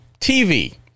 TV